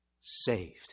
Saved